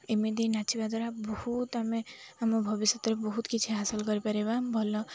ଏମିତି ନାଚିବା ଦ୍ୱାରା ବହୁତ ଆମେ ଆମ ଭବିଷ୍ୟତରେ ବହୁତ କିଛି ହାସଲ୍ କରିପାରିବା ଭଲ